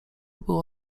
było